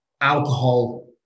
alcohol